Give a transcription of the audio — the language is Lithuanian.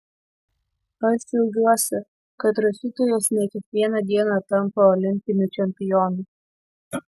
aš džiaugiuosi kad rašytojas ne kiekvieną dieną tampa olimpiniu čempionu